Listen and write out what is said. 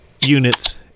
units